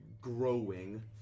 growing